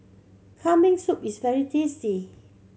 Kambing Soup is very tasty